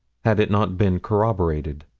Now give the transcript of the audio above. had it not been corroborated.